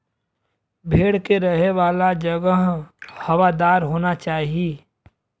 भेड़ के रहे वाला जगह हवादार होना चाही